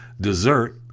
Dessert